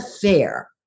fair